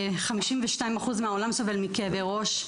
52% מהעולם סובל מכאבי ראש.